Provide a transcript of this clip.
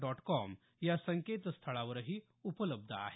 dot com या संकेतस्थळावरही उपलब्ध आहे